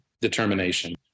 determination